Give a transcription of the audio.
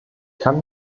kann